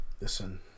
listen